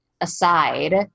aside